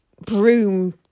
broom